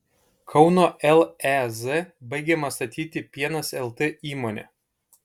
kauno lez baigiama statyti pienas lt įmonė